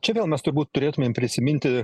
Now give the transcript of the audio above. čia vėl mes turbūt turėtumėm prisiminti